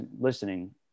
listening